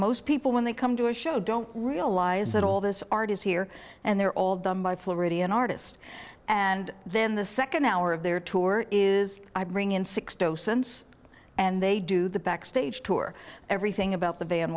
most people when they come to a show don't realise that all this art is here and they're all done by floridian artist and then the second hour of their tour is i bring in six docents and they do the backstage tour everything about the van